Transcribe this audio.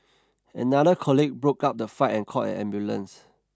another colleague broke up the fight and called an ambulance